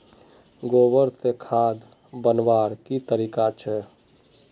गोबर से खाद बनवार की तरीका छे?